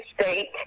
state